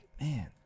man